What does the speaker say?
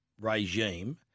regime